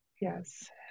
Yes